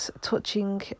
touching